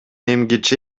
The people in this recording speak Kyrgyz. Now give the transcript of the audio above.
эмгиче